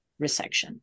resection